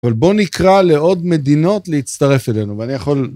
אבל בוא נקרא לעוד מדינות להצטרף אלינו, ואני יכול...